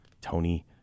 Tony